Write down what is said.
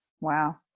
Wow